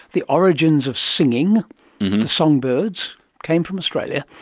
the origins of singing, the songbirds came from australia,